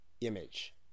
image